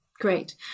Great